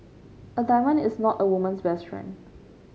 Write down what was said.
a diamond is not a woman's best friend